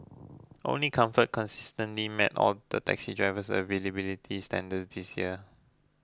only comfort consistently met all the taxi drivers availability standards this year